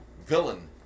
villain